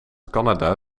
canada